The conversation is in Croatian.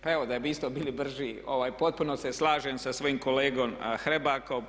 Pa evo da bi isto bilo brži, potpuno se slažem sa svojim kolegom Hrebakom.